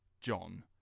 John